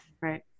Right